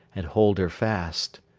and hold her fast.